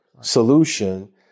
solution